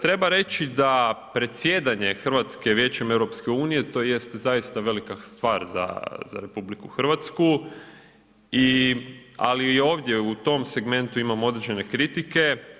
Treba reći da predsjedanje Hrvatske Vijećem EU to jest zaista velika stvar za RH, ali i ovdje u tom segmentu imam određene kritike.